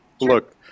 Look